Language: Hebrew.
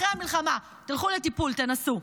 אחרי המלחמה תלכו לטיפול, תנסו.